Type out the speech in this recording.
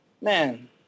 man